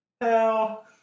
Hell